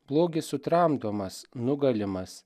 blogis sutramdomas nugalimas